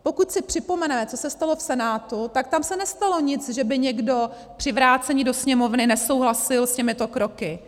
Pokud si připomeneme, co se stalo v Senátu, tak tam se nestalo nic, že by někdo při vrácení do Sněmovny nesouhlasil s těmito kroky.